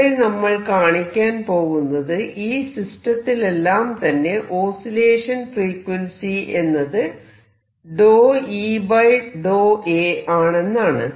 ഇവിടെ നമ്മൾ കാണിക്കാൻ പോകുന്നത് ഈ സിസ്റ്റത്തിലെല്ലാം തന്നെ ഓസിലേഷൻ ഫ്രീക്വൻസി എന്നത് ∂E∂A ആണെന്നാണ്